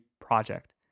project